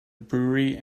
brewery